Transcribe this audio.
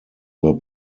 were